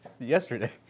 yesterday